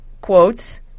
quotes